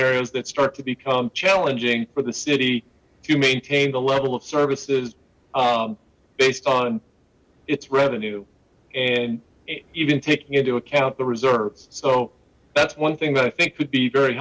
scenarios that start to become challenging for the city to maintain the level of services based on its revenue and even taking into account the reserves so that's one thing that i think could be very